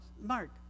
Mark